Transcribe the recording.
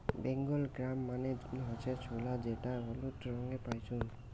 Bengal gram মানে হসে ছোলা যেটা হলুদ রঙে পাইচুঙ